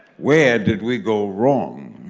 where did we go wrong?